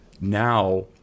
now